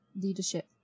leadership